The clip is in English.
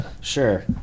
Sure